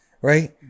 right